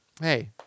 Hey